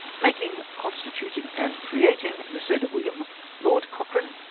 making, consti tuting, and creating the said william lord cochrane,